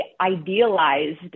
idealized